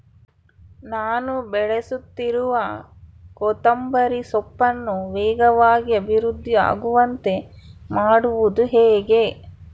ನಾನು ಬೆಳೆಸುತ್ತಿರುವ ಕೊತ್ತಂಬರಿ ಸೊಪ್ಪನ್ನು ವೇಗವಾಗಿ ಅಭಿವೃದ್ಧಿ ಆಗುವಂತೆ ಮಾಡುವುದು ಹೇಗೆ?